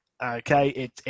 Okay